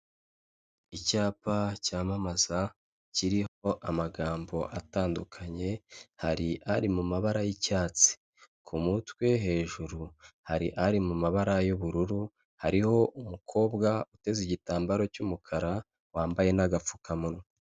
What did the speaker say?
Icyapa cyamamaza kiriho amagambo atandukanye, hari ari mu mabara y'icyatsi, ku mutwe hejuru hari ari mu mabara y'ubururu, hariho umukobwa uteze igitambaro cy'umukara, wambaye n'agapfukamunwa.